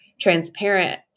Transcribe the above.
transparent